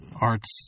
arts